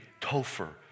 Topher